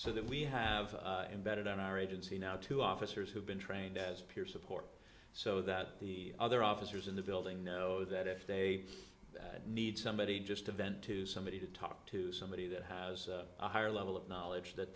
so that we have embedded on our agency now to officers who've been trained as a peer support so that the other officers in the building know that if they need somebody just to vent to somebody to talk to somebody that has a higher level of knowledge that